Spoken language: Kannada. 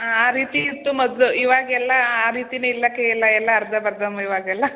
ಹಾಂ ಆ ರೀತಿ ಇತ್ತು ಮೊದಲು ಇವಾಗೆಲ್ಲ ಆ ರೀತಿನು ಇಲ್ಲ ಎಲ್ಲ ಎಲ್ಲ ಅರ್ಧಮ್ ಬರ್ದಮ್ ಇವಾಗೆಲ್ಲ